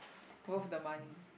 worth the money